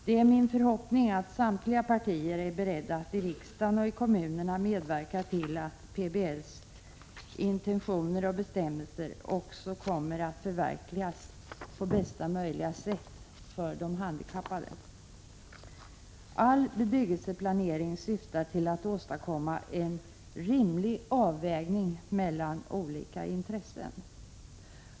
Det är min förhoppning att samtliga partier är beredda att i riksdagen och i kommunerna medverka till att PBL:s intentioner och bestämmelser kommer att förverkligas på bästa möjliga sätt för de handikappade. All bebyggelseplanering syftar till att åstadkomma en rimlig avvägning mellan olika intressen.